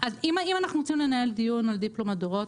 אם אנחנו רוצים לנהל דיון על דיפלומט דורות,